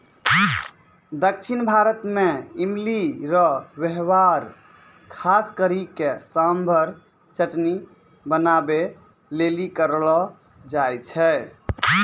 दक्षिण भारत मे इमली रो वेहवार खास करी के सांभर चटनी बनाबै लेली करलो जाय छै